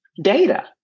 data